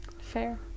Fair